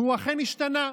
והוא אכן השתנה.